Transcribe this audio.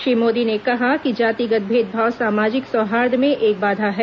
श्री मोदी ने कहा कि जातिगत भेदभाव सामाजिक सौहार्द में एक बाधा है